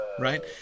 right